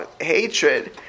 hatred